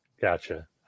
Gotcha